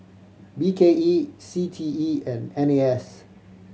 B K E C T E and N A S